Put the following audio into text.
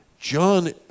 John